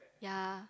yeah